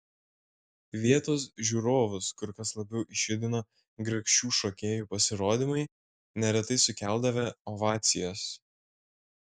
vietos žiūrovus kur kas labiau išjudino grakščių šokėjų pasirodymai neretai sukeldavę ovacijas